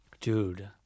Dude